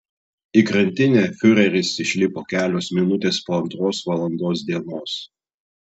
į krantinę fiureris išlipo kelios minutės po antros valandos dienos